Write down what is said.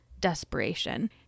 desperation